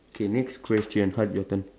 okay next question Hard your turn